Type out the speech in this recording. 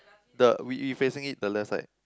the we we facing it the left side